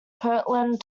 kirtland